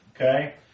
Okay